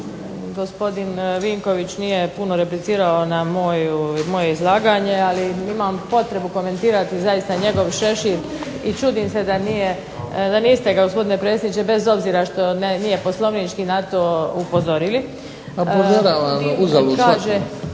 gospodin Vinković nije puno replicirao na moje izlaganje, ali imam potrebu komentirati zaista njegov šešir i čudim se da niste ga gospodine predsjedniče bez obzira što nije Poslovnički na to upozorili. … /Upadica se ne